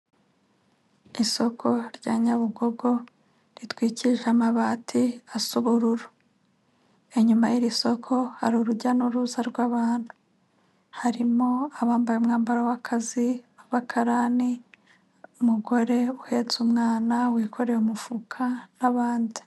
Isoko rya Nyabugogo, ritwikije amabati asa ubururu. Inyuma y'iri soko hari urujya n'uruza rw'abantu. Harimo abambaye umwambaro w'akazi w'abakarani, umugore uhetse umwana wikoreye umufuka n'abandi.